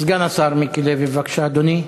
סגן השר מיקי לוי, בבקשה, אדוני.